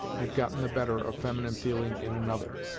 had gotten the better of feminine feeling in another.